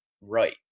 right